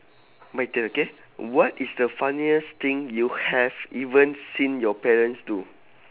my turn okay what is the funniest thing you have even seen your parents do